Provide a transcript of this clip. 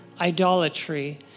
idolatry